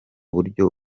buryo